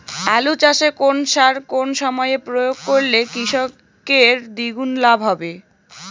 আলু চাষে কোন সার কোন সময়ে প্রয়োগ করলে কৃষকের দ্বিগুণ লাভ হবে?